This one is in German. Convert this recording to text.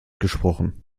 gesprochen